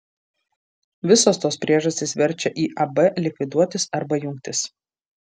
visos tos priežastys verčia iab likviduotis arba jungtis